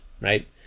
right